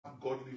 godly